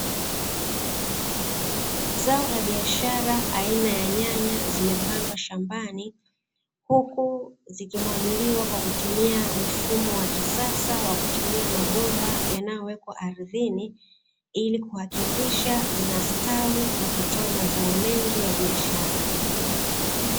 Zao la biashara aina ya nyanya zimepandwa shambani, huku zikimwagiliwa kwa kutumia mfumo wa kisasa wa kutumia mabomba yanayowekwa ardhini ili kuhakikisha zinastawi na kutoa mazao mengi ya biashara.